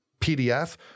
PDF